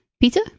Peter